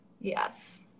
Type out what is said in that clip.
Yes